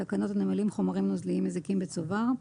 תקנות הנמלים (חומרים נוזליים מזיקים בצובר),